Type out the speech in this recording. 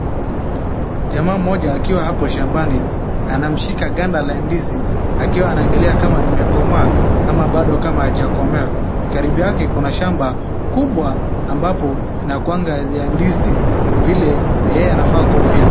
Jamaa mmoja akiwa hapo shambani anamshika ganda la ndizi akiwa anaangalia kama imekomaa ama bado kama haijakomaa. Karibu yake kuna shamba kubwa ambapo inakuwanga ya ndizi vile yeye anavaa kofia.